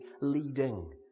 leading